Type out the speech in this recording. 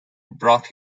brought